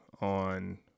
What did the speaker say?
on